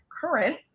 current